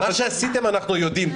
מה שעשיתם אנחנו יודעים,